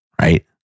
right